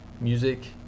music